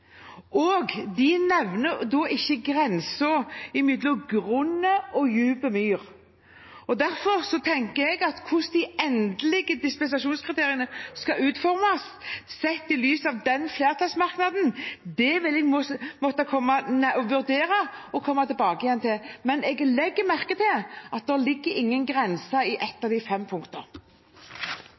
hadde. De nevner ikke grensen mellom grunn og dyp myr. Sett i lys av den flertallsmerknaden tenker jeg derfor at når det gjelder hvordan de endelige dispensasjonskriteriene skal utformes, må jeg vurdere og komme tilbake til det. Men jeg legger merke til at det ligger ingen grense i noen av de fem